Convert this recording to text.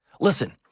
Listen